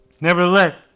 Nevertheless